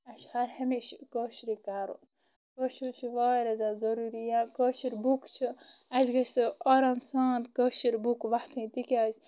اسہِ چھُ ہر ہمیشہِ کٲشُرے کرُن کٲشُر چھُ واریاہ زیادٕ ضروٗری یا کٲشِر بُک چھِ أسۍ گژھِ آرام سان کٲشِر بُک وۄتھٕنۍ